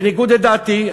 בניגוד לדעתי,